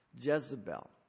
Jezebel